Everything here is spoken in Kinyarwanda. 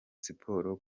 siporo